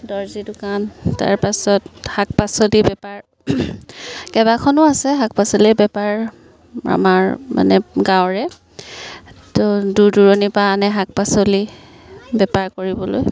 দৰ্জী দোকান তাৰ পাছত শাক পাচলি বেপাৰ কেইবাখনো আছে শাক পাচলিৰ বেপাৰ আমাৰ মানে গাঁৱৰে তো দূৰ দূৰণিৰপৰা আনে শাক পাচলি বেপাৰ কৰিবলৈ